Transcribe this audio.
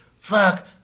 fuck